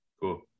Cool